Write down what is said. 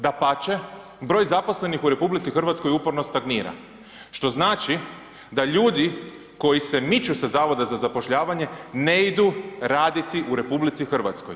Dapače, broj zaposlenih u RH uporno stagnira što znači da ljudi koji se miču sa Zavoda za zapošljavanje ne idu raditi u RH.